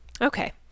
Okay